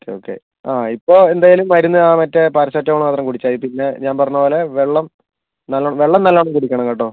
okay okay ഇപ്പോൾ എന്തായാലും മരുന്ന് മറ്റേ പാരസെറ്റമോൾ മാത്രം കുടിച്ചാൽ മതി പിന്നെ ഞാൻ പറഞ്ഞത് പോലെ വെള്ളം നല്ലോണം കുടിക്കണം കേട്ടോ